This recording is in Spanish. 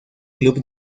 club